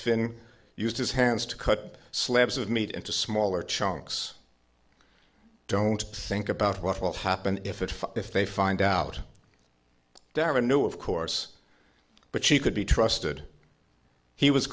fin used his hands to cut slabs of meat into smaller chunks don't think about what will happen if it if they find out down to new of course but she could be trusted he was